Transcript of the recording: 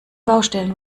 baustellen